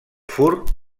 fur